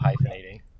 hyphenating